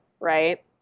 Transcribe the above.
right